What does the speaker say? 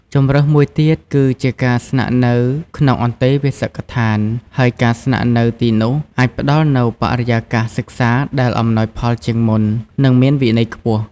ជម្រើសមួយទៀតគឺជាការស្នាក់នៅក្នុងអន្តេវាសិកដ្ឋាន ហើយការស្នាក់នៅទីនោះអាចផ្តល់នូវបរិយាកាសសិក្សាដែលអំណោយផលជាងមុន និងមានវិន័យខ្ពស់។